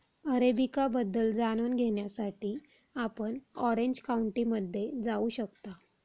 arabica बद्दल जाणून घेण्यासाठी आपण ऑरेंज काउंटीमध्ये जाऊ शकता